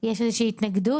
יש איזושהי התנגדות?